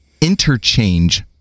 interchange